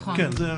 כן.